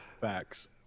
Facts